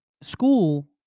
school